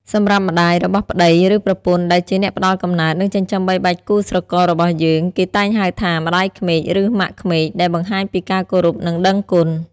សម្រាប់ម្ដាយរបស់ប្ដី ឬប្រពន្ធ ដែលជាអ្នកផ្ដល់កំណើត និងចិញ្ចឹមបីបាច់គូស្រកររបស់យើង គេតែងហៅថា ម្ដាយក្មេក ឬ ម៉ាក់ក្មេក ដែលបង្ហាញពីការគោរព និងដឹងគុណ។